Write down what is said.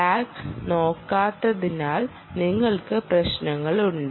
tag നോക്കാത്തതിനാൽ നിങ്ങൾക്ക് പ്രശ്നങ്ങളുണ്ട്